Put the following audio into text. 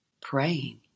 praying